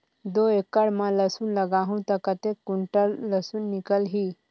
दो एकड़ मां लसुन लगाहूं ता कतेक कुंटल लसुन निकल ही?